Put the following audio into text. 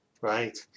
right